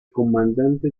comandante